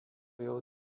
jau